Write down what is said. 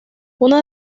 una